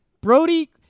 Brody